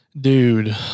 Dude